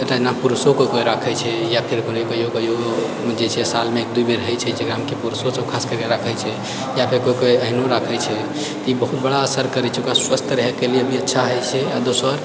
तहिना पुरुषो केओ केओ राखै छै या फिर कहियौ कहियौ जेछै सालमे एक दू बेर होइ छै जेकरामे कि पुरुषो सभ खास करके राखै छै या फिर केओ केओ अहिनो राखै छै तऽ ई बहुत बड़ा असर करै छै ओकरा स्वस्थ रहै के लिअऽ भी अच्छा होइ छै आ दोसर